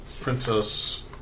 Princess